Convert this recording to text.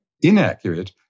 inaccurate